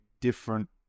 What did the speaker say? different